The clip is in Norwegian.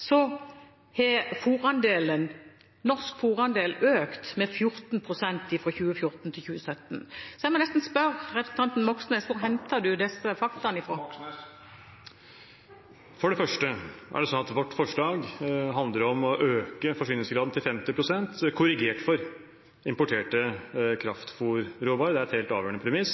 Så jeg må altså spørre representanten Moxnes: Hvor henter han disse faktaene fra? For det første er det sånn at vårt forslag handler om å øke forsyningsgraden til 50 pst., korrigert for importerte kraftfôrråvarer, og det er et helt avgjørende premiss.